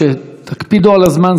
שתקפידו על הזמן.